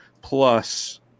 plus